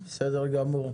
בסדר גמור.